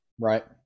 Right